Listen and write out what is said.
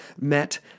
met